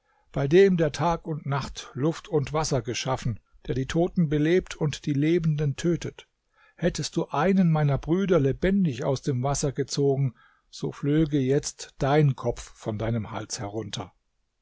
bei dem der tag und nacht luft und wasser geschaffen der die toten belebt und lebenden tötet hättest du einen meiner brüder lebendig aus dem wasser gezogen so flöge jetzt dein kopf von deinem hals herunter